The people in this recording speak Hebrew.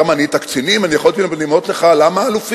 אתה מנית קצינים, אני יכולתי למנות לך אלופים,